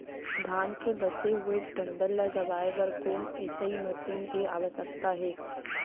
धान के बचे हुए डंठल ल दबाये बर कोन एसई मशीन के आवश्यकता हे?